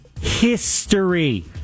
history